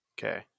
Okay